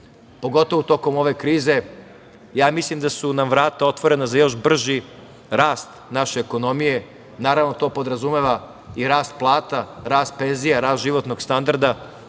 pogotovu tokom ove krize. Mislim da su nam vrata otvorena za još brži rast naše ekonomije, naravno to podrazumeva i rast plata, rast penzija, rast životnog standarda,